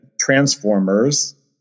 Transformers